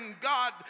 God